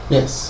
Yes